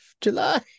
July